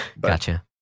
gotcha